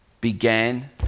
began